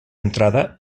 entrada